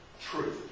truth